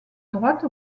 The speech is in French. droite